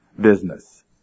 business